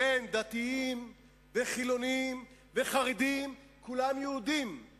כן, דתיים וחילונים וחרדים, כולם יהודים.